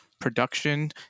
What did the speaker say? production